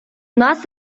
нас